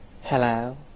Hello